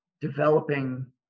developing